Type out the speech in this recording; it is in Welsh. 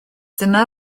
dyna